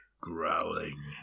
growling